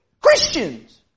Christians